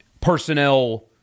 personnel